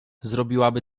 zrobiłaby